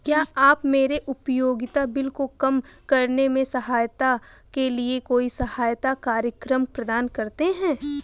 क्या आप मेरे उपयोगिता बिल को कम करने में सहायता के लिए कोई सहायता कार्यक्रम प्रदान करते हैं?